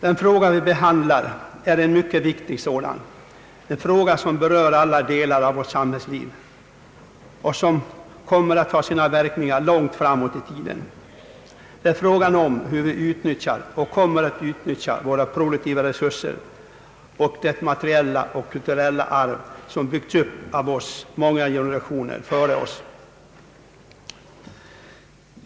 Den fråga vi behandlar är en mycket viktig sådan, en fråga som berör alla delar av vårt samhällsliv och som kommer att ha sina verkningar långt fram i tiden. Det är frågan om hur vi utnyttjar och kommer att utnyttja våra produktiva resurser och det materiella och kulturella arv som byggts av många generationer före oss.